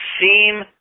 seem